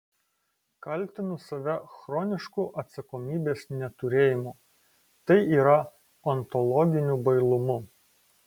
kaltinu save chronišku atsakomybės neturėjimu tai yra ontologiniu bailumu